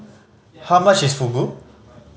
how much is Fugu